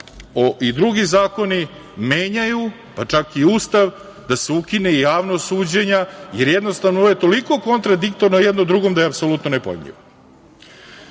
i drugi zakoni menjaju, pa čak i Ustav, da se ukinu i javna suđenja, jer, jednostavno, ovo je toliko kontradiktorno jedno drugom, da je apsolutno nepojmljivo. Pošto